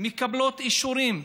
מקבלים אישורים,